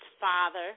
father